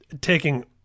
taking